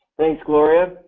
gloria.